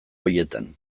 horietan